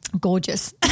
Gorgeous